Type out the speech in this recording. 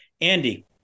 Andy